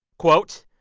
quote,